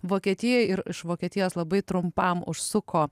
vokietijoj ir iš vokietijos labai trumpam užsuko